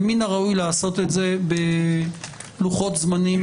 ומן הראוי לעשות את זה בלוחות זמנים